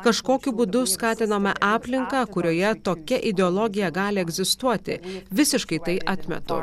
kažkokiu būdu skatiname aplinką kurioje tokia ideologija gali egzistuoti visiškai tai atmetu